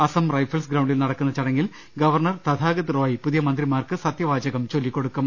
Assam Rifles ഗ്രൌണ്ടിൽ നടക്കുന്ന ചടങ്ങിൽ ഗവർണർ തഥാഗത് റോയ് പുതിയ മന്ത്രിമാർക്ക് സത്യവാചകം ചൊല്ലിക്കൊടുക്കും